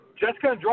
Jessica